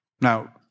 Now